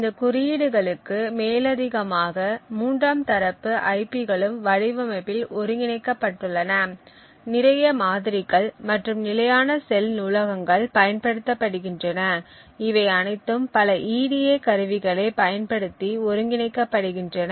இந்த குறியீடுகளுக்கு மேலதிகமாக மூன்றாம் தரப்பு ஐபிகளும் வடிவமைப்பில் ஒருங்கிணைக்கப்பட்டுள்ளன நிறைய மாதிரிகள் மற்றும் நிலையான செல் நூலகங்கள் பயன்படுத்தப்படுகின்றன இவை அனைத்தும் பல EDA கருவிகளை பயன்படுத்தி ஒருங்கிணைக்கப்படுகின்றன